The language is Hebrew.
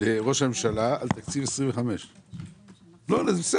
לראש הממשלה על תקציב 25'. לא לראש